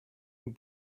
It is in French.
nous